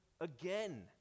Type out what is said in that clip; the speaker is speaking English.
again